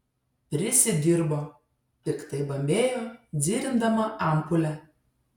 prisidirbo piktai bambėjo dzirindama ampulę